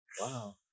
Wow